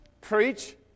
preach